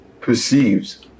perceives